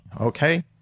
okay